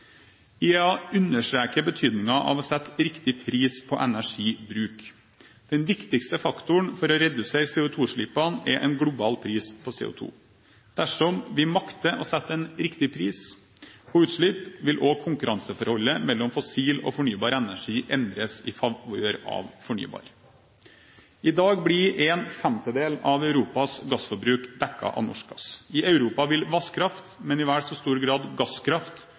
av å sette riktig pris på energibruk. Den viktigste faktoren for å redusere CO2-utslippene er en global pris på CO2. Dersom vi makter å sette en riktig pris på utslipp, vil også konkurranseforholdet mellom fossil og fornybar energi endres i favør av fornybar. I dag blir en femtedel av Europas gassforbruk dekket av norsk gass. I Europa vil vannkraft, men i vel så stor grad gasskraft